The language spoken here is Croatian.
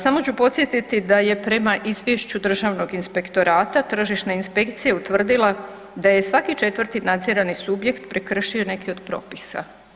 Samo ću podsjetiti da je prema izvješću državnog inspektorata tržišna inspekcija utvrdila da je svaki 4 nadzirani subjekt prekršio neki od propisa.